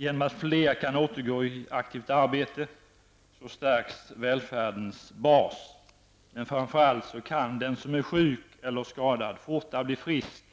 Genom att fler kan återgå till aktivt arbete stärks basen för välfärden. Men framför allt kan den som är sjuk eller skadad fortare bli frisk,